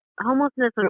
homelessness